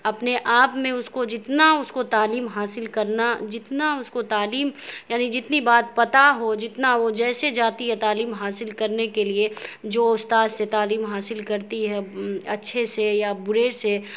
اپنے آپ میں اس کو جتنا اس کو تعلیم حاصل کرنا جتنا اس کو تعلیم یعنی جتنی بات پتہ ہو جتنا وہ جیسے جاتی ہے تعلیم حاصل کرنے کے لیے جو استاذ سے تعلیم حاصل کرتی ہے اچھے سے یا برے سے